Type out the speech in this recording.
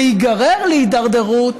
להיגרר להידרדרות